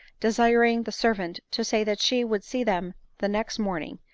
desiring the servant to say that she would see them the next morning,